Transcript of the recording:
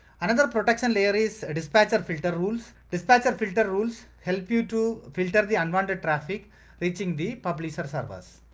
another protection layer is dispatcher filter rules. dispenser filter rules help you to filter the unwanted traffic reaching the publish servers.